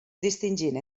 distingint